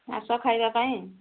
ଆସ ଖାଇବା ପାଇଁ